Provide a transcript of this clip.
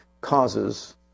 causes